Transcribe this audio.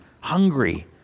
hungry